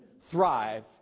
thrive